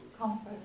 Comfort